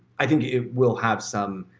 i think it will have some,